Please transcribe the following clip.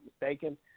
mistaken